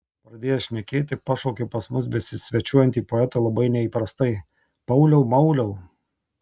pradėjęs šnekėti pašaukė pas mus besisvečiuojantį poetą labai neįprastai pauliau mauliau